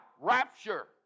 rapture